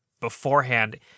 beforehand